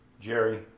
Jerry